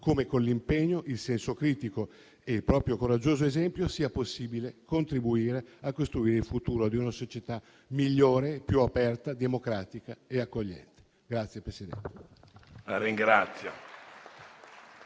come, con l'impegno, il senso critico e il proprio coraggioso esempio, sia possibile contribuire a costruire il futuro di una società migliore, più aperta, democratica e accogliente.